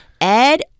ed